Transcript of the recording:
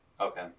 okay